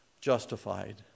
justified